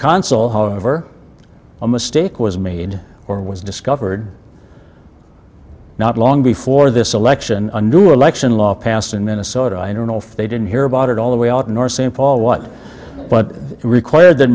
consul however a mistake was made or was discovered not long before this election a new election law passed in minnesota i don't know if they didn't hear about it all the way out nor st paul what but required tha